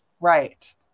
right